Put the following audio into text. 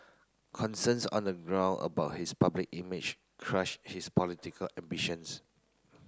concerns on the ground about his public image crush his political ambitions